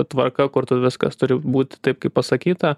tvarka kur tu viskas turi būti taip kaip pasakyta